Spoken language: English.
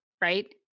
right